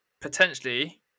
potentially